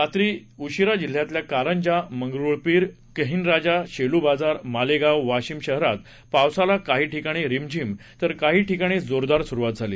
रात्री उशिरा जिल्ह्यातल्या कारंजा मंगरूळपीर किंहिराजा शेलुबाजार मालेगांव वाशिम शहरात पावसाला काही ठिकाणी रिमझिम तर काही ठिकाणी जोरदार सुरुवात झाली